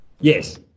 Yes